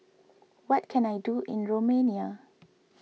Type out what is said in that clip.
what can I do in Romania